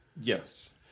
Yes